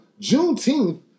Juneteenth